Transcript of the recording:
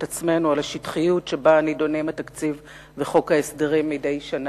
עצמנו על השטחיות שבה נידונים התקציב וחוק ההסדרים מדי שנה,